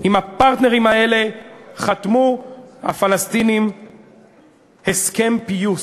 עם הפרטנרים האלה, חתמו הפלסטינים הסכם פיוס.